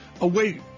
away